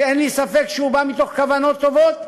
שאין לי ספק שהוא בא מתוך כוונות טובות,